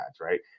right